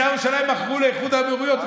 את בית"ר ירושלים מכרו לאיחוד האמירויות,